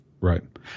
Right